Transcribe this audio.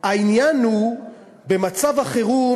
העניין במצב החירום,